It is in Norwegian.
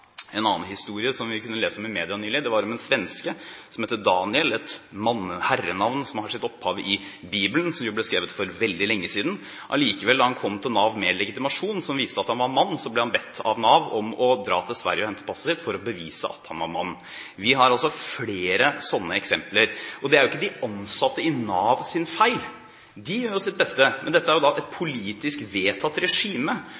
En annen historie som vi kunne lese om i media nylig, var om en svenske som het Daniel – et herrenavn som har sitt opphav i Bibelen, som jo ble skrevet for veldig lenge siden. Allikevel, da han kom til Nav med legitimasjon som viste at han var mann, ble han bedt av Nav om å dra til Sverige og hente passet sitt for å bevise at han var mann. Vi har altså flere sånne eksempler, og det er jo ikke de ansatte i Nav sin feil. De gjør sitt beste, men dette er